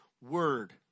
word